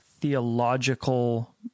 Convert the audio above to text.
theological